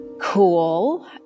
cool